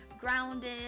grounded